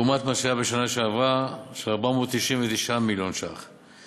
לעומת מה שהיה בשנה שעברה: 499 מיליון ש"ח.